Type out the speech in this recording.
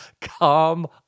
Come